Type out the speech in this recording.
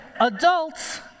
Adults